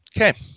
Okay